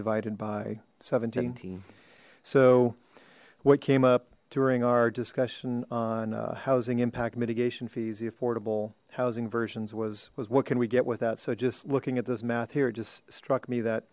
divided by seventeen so what came up during our discussion on housing impact mitigation fees the affordable housing versions was was what can we get with that so just looking at this math here just struck me that